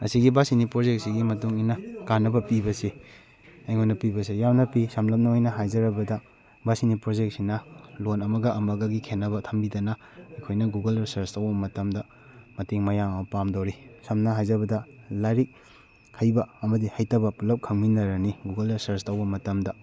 ꯑꯁꯤꯒꯤ ꯕꯥꯁꯤꯅꯤ ꯄ꯭ꯔꯣꯖꯦꯛꯁꯤꯒꯤ ꯃꯇꯨꯡ ꯏꯟꯅ ꯀꯥꯟꯅꯕ ꯄꯤꯕꯁꯤ ꯑꯩꯉꯣꯟꯗ ꯄꯤꯕꯁꯤ ꯌꯥꯝꯅ ꯄꯤ ꯁꯝꯂꯞꯅ ꯑꯣꯏꯅ ꯍꯥꯏꯖꯔꯕꯗ ꯕꯥꯁꯤꯅꯤ ꯄ꯭ꯔꯣꯖꯦꯛꯁꯤꯅ ꯂꯣꯟ ꯑꯃꯒ ꯑꯃꯒꯒꯤ ꯈꯦꯠꯅꯕ ꯊꯝꯕꯤꯗꯅ ꯑꯩꯈꯣꯏꯅ ꯒꯨꯒꯜꯗ ꯁꯔꯁ ꯇꯧꯕ ꯃꯇꯝꯗ ꯃꯇꯦꯡ ꯃꯌꯥꯝ ꯑꯃ ꯄꯥꯝꯗꯣꯔꯤ ꯁꯝꯅ ꯍꯥꯏꯖꯔꯕꯗ ꯂꯥꯏꯔꯤꯛ ꯍꯩꯕ ꯑꯃꯗꯤ ꯍꯩꯇꯕ ꯄꯨꯂꯞ ꯈꯪꯃꯤꯟꯅꯔꯅꯤ ꯒꯨꯒꯜꯗ ꯁꯔꯁ ꯇꯧꯕ ꯃꯇꯝꯗ